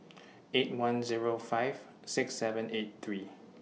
eight one Zero five six seven eight three